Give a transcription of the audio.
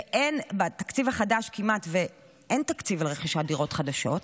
ובתקציב החדש כמעט שאין תקציב לרכישת דירות חדשות,